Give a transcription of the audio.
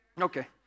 Okay